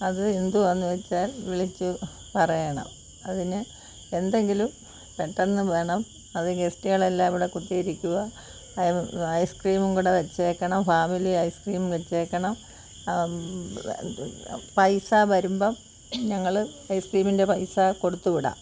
അത് എന്തുവാന്ന് വെച്ചാൽ വിളിച്ച് പറയണം അതിന് എന്തെങ്കിലും പെട്ടെന്ന് വേണം അത് ഗസ്റ്റുകളെല്ലാം ഇവിടെ കുത്തിയിരിക്കുകയാണ് അത് ഐസ്ക്രീമുംകൂടെ വെച്ചേക്കണം ഫാമിലി ഐസ്ക്രീം വെച്ചേക്കണം പൈസ വരുമ്പം ഞങ്ങൾ ഐസ്ക്രീമിന്റെ പൈസ കൊടുത്ത് വിടാം